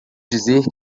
dizer